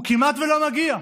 הוא כמעט שלא מגיע.